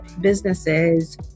businesses